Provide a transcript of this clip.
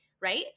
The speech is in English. Right